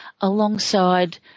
alongside